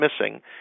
missing